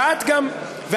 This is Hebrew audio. ואת גם כינית,